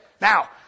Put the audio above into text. now